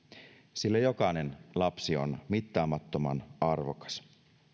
sillä jokainen lapsi on mittaamattoman arvokas